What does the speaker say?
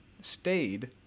stayed